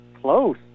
close